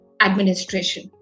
administration